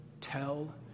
Tell